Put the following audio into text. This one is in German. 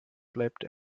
bleibt